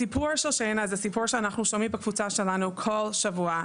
הסיפור של שיינה זה סיפור שאנחנו שומעים בקבוצה שלנו כל שבוע,